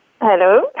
Hello